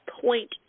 point